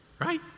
Right